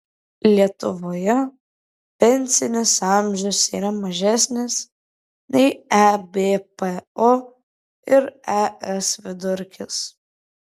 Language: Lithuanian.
lietuvoje pensinis amžius yra mažesnis nei ebpo ir es vidurkis